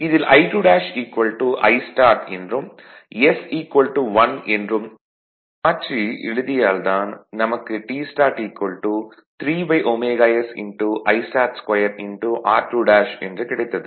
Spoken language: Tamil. இதில் I2 Istart என்றும் s 1 என்றும் மாற்றி எழுதியதால் தான் நமக்கு Tstart 3ωs Istart2 r2 என்று கிடைத்தது